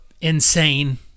insane